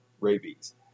rabies